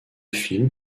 film